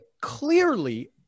clearly